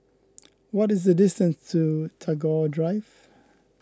what is the distance to Tagore Drive